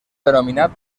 denominat